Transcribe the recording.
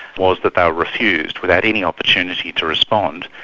was that they were refused without any opportunity to respond,